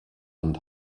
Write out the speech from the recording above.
und